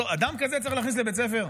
אדם כזה צריך להכניס לבית הספר?